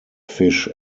fish